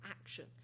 action